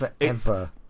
forever